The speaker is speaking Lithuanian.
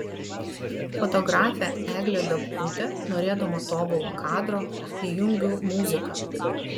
fotografė eglė dabkutė norėdama tobulo kadro įjungiu muziką